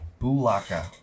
bulaka